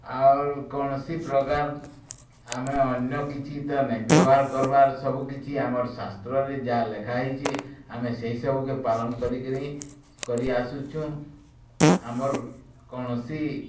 ଆଉର୍ କୌଣସି ପ୍ରକାର ଆମେ ଅନ୍ୟ କିଛି ତ ନେଇଁ ବ୍ୟବହାର କର୍ବାର୍ ସବୁ କିଛି ଆମର୍ ଶାସ୍ତ୍ରରେ ଯାହା ଲେଖା ହେଇଛି ଆମେ ସେ ସବୁକୁ ପାଳନ କରିକିରି କରି ଆସୁଛୁଁ ଆମର କୌଣସି